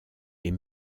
est